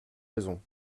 raison